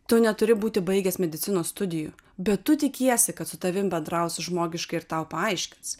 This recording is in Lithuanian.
tu neturi būti baigęs medicinos studijų bet tu tikiesi kad su tavim bendraus žmogiškai ir tau paaiškins